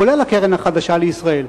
כולל הקרן החדשה לישראל.